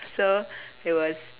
so it was